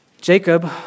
Jacob